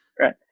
Right